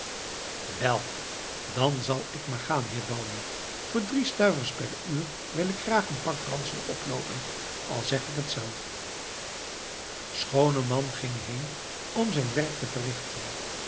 wel dan zal ik maar gaan heer baljuw voor drie stuivers per uur wil ik graag een pak ransel oploopen al zeg ik het zelf schooneman ging heen om zijn werk te verrichten